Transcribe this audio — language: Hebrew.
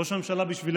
"ראש הממשלה, בשבילך"